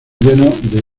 lleno